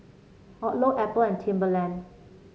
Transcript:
Odlo Apple and Timberland